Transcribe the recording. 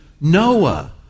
Noah